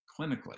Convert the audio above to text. clinically